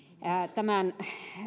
tämän